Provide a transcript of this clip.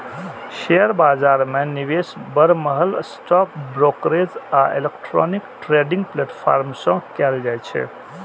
share बाजार मे निवेश बरमहल स्टॉक ब्रोकरेज आ इलेक्ट्रॉनिक ट्रेडिंग प्लेटफॉर्म सं कैल जाइ छै